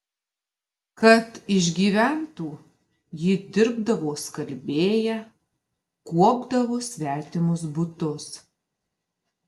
kad išgyventų ji dirbdavo skalbėja kuopdavo svetimus butus